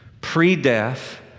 pre-death